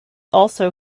also